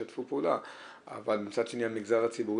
לקחת שפה מסוימת שהן צריכות,